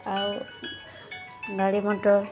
ଆଉ ଗାଡ଼ି ମଟର